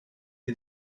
est